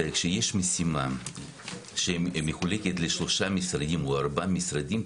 כשיש משימה שמחולקת לשלושה משרדים או ארבעה משרדים,